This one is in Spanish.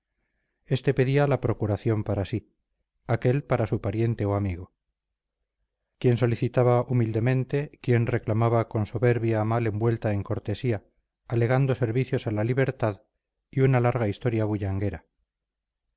este pedía la procuración para sí aquel para su pariente o amigo quién solicitaba humildemente quién reclamaba con soberbia mal envuelta en cortesía alegando servicios a la libertad y una larga historia bullanguera